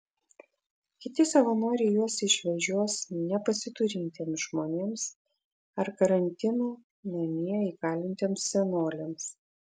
kiti savanoriai juos išvežios nepasiturintiems žmonėms ar karantino namie įkalintiems senoliams